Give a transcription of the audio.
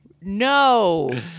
No